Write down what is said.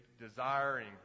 desiring